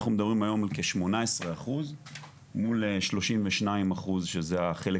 אנחנו מדברים היום על כ 18% מול 32% שזה החלק